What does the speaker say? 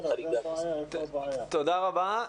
תודה רבה.